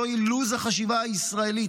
זה לוז החשיבה הישראלית,